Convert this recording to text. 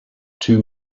two